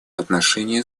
отношении